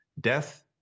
death